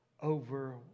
over